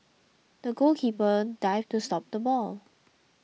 the goalkeeper dived to stop the ball